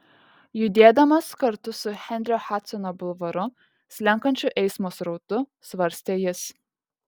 judėdamas kartu su henrio hadsono bulvaru slenkančiu eismo srautu svarstė jis